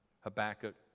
Habakkuk